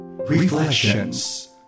Reflections